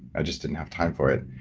i just didn't have time for it.